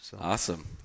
Awesome